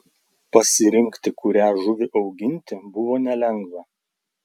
pasirinkti kurią žuvį auginti buvo nelengva